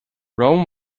rome